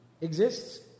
exists